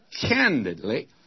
candidly